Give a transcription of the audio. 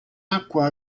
acqua